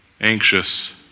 anxious